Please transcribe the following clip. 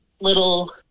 little